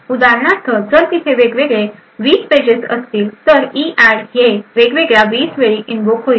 उदाहरणार्थ जर तिथे वेगवेगळी 20 पेजेस असतील तर ईऍड हे वेगवेगळ्या 20 वेळी इनव्होक होईल